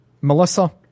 Melissa